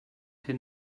him